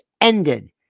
ended